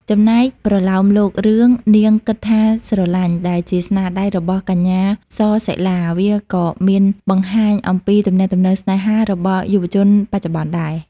ចំណែកប្រលោមលោករឿង នាងគិតថាស្រឡាញ់ ដែលជាស្នាដៃរបស់កញ្ញា ស សិលា វាក៏មានបង្ហាញអំពីទំនាក់ទំនងស្នេហារបស់យុវជនបច្ចុប្បន្នដែរ។